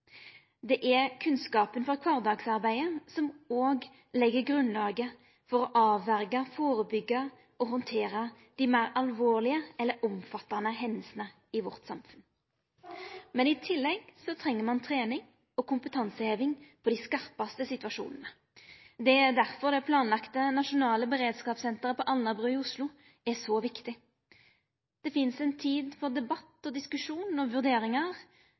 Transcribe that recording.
Det er kunnskapen frå kvardagsarbeidet som òg legg grunnlaget for å hindra, førebyggja og handtera dei meir alvorlege eller omfattande hendingane i vårt samfunn. Men i tillegg treng ein trening og kompetanseheving på dei skarpaste situasjonane. Det er derfor det planlagde nasjonale beredskapssenteret på Alnabru i Oslo er så viktig. Det finst ei tid for debatt og diskusjon og vurderingar,